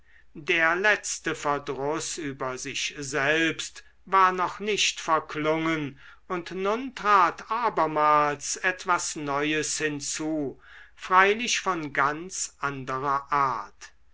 der letzte verdruß über sich selbst war noch nicht verklungen und nun trat abermals etwas neues hinzu freilich von ganz anderer art